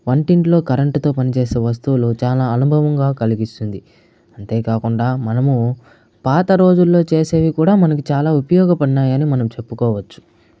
వంటింట్లో కరెంటుతో పని చేసే వస్తువులు చాలా అనుభవంగా కలిగిస్తుంది అంతే కాకుండా మనము పాత రోజుల్లో చేసేవి కూడా మనకి చాలా ఉపయోగపడతాయని మనం చెప్పుకోవచ్చు